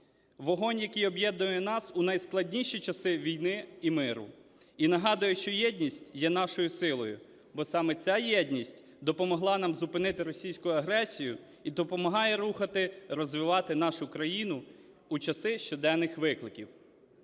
Вогонь, який об'єднує нас у найскладніші часи війни і миру і нагадує, що єдність є нашою силою, бо саме ця єдність допомогла нам зупинити російську агресію і допомагає рухати, розвивати нашу країну у часи щоденних викликів.